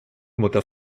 mutter